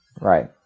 Right